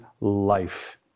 life